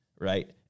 right